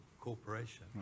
corporation